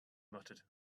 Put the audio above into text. muttered